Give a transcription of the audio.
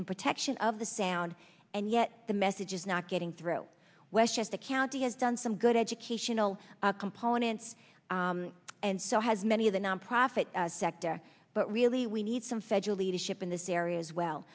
in protection of the sound and yet the message is not getting through westchester county has done some good educational components and so has many of the nonprofit sector but really we need some federal leadership in this area as well